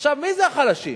מי אלה החלשים?